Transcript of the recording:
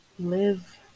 Live